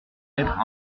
être